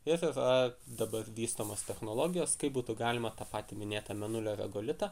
ir yra dabar vystomos technologijos kaip būtų galima tą patį minėtą mėnulio regolitą